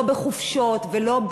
לא בחופשות ולא,